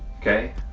okay